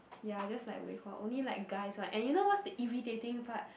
ya just like with her only like guys right and you know what's the irritating part